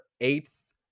eighth